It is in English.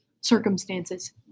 circumstances